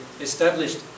established